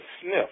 sniff